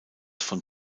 von